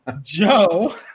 Joe